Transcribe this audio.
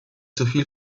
zuviel